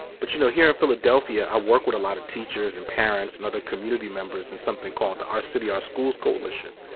but you know here in philadelphia i work with a lot of teachers and parents and other community members in something called the our city our schools coalition,